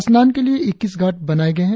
स्नान के लिए इक्कीस घाट बनाये गए हैं